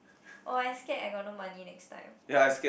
oh I scare I got no money next time